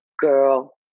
girl